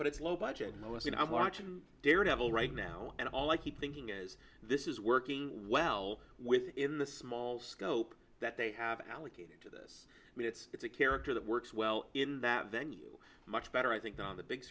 but it's low budget most you know marching daredevil right now and all i keep thinking is this is working well within the small scope that they have allocated to this i mean it's it's a character that works well in that venue much better i think on the big